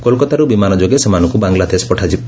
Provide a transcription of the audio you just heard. କୋଲକାତାରୁ ବିମାନଯୋଗେ ସେମାନଙ୍କୁ ବଙ୍ଗଳାଦେଶ ପଠାଯିବ